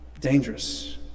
dangerous